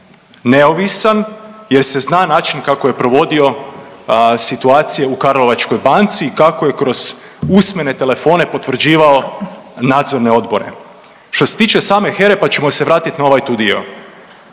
nije neovisan jer se zna način kako je provodio situacije u Karlovačkoj banci i kako je kroz usmene telefone potvrđivao nadzorne odbore. Što se tiče same HERA-e pa ćemo se onda vratiti na ovaj tu dio.